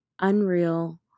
unreal